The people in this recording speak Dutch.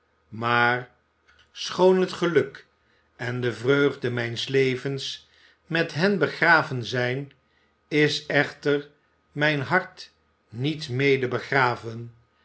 maar schoon het geluk en de vreugde mijns levens met hen begraven zijn is echter mijn hart niet mede begraven